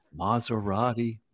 Maserati